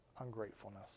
ungratefulness